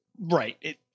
Right